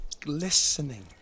glistening